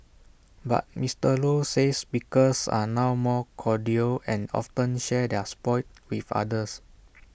but Mister low says pickers are now more cordial and often share their spoils with others